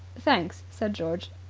thanks, said george.